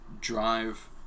drive